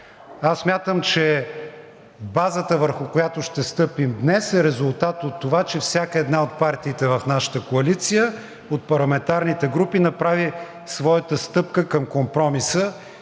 Смятам, че базата, върху която ще стъпим днес, е резултат от това, че всяка една от партиите в нашата коалиция, от парламентарните групи направи своята стъпка към компромиса